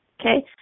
okay